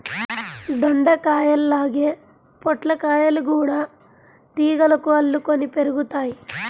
దొండకాయల్లాగే పొట్లకాయలు గూడా తీగలకు అల్లుకొని పెరుగుతయ్